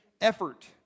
effort